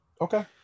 Okay